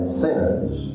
sinners